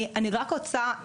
אני רק רוצה,